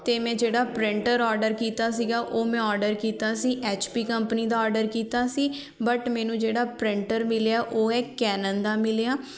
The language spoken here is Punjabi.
ਅਤੇ ਮੈਂ ਜਿਹੜਾ ਪ੍ਰਿੰਟਰ ਔਡਰ ਕੀਤਾ ਸੀਗਾ ਉਹ ਮੈਂ ਔਡਰ ਕੀਤਾ ਸੀ ਐੱਚ ਪੀ ਕੰਪਨੀ ਦਾ ਔਡਰ ਕੀਤਾ ਸੀ ਬਟ ਮੈਨੂੰ ਜਿਹੜਾ ਪ੍ਰਿੰਟਰ ਮਿਲਿਆ ਉਹ ਹੈ ਕੈਨਨ ਦਾ ਮਿਲਿਆ